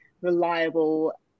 reliable